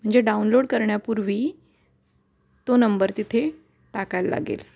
म्हणजे डाउनलोड करण्यापूर्वी तो नंबर तिथे टाकायला लागेल